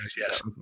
yes